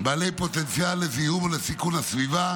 בעלי פוטנציאל לזיהום ולסיכון הסביבה